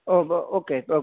okay